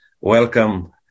Welcome